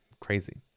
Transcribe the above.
Crazy